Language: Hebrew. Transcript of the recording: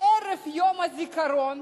ערב יום הזיכרון,